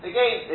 Again